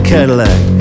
Cadillac